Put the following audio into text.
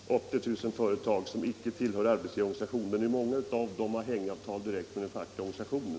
Herr talman! 80 000 företag som icke tillhör arbetsgivarorganisation — hur många av dem har hängavtal direkt med den fackliga organisationen?